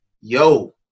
yo